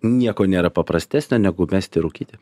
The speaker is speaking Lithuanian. nieko nėra paprastesnio negu mesti rūkyti